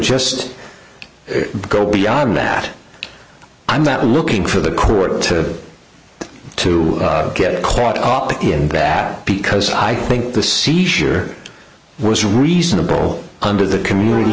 just go beyond that i'm not looking for the quarter to to get caught up in bad because i think the seizure was reasonable under the community